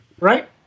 right